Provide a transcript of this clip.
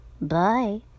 Bye